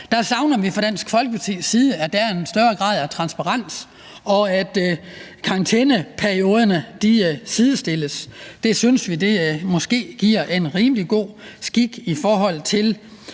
Der savner vi fra Dansk Folkepartis side, at der er en større grad af transparens, og at karantæneperioderne sidestilles. Det synes vi vil være en rimelig god skik i forhold til